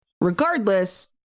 Regardless